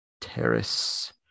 Terrace